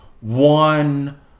one